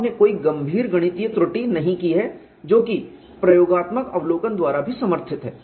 आपने कोई गंभीर गणितीय त्रुटि नहीं की है जो कि प्रयोगात्मक अवलोकन द्वारा भी समर्थित है